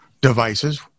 devices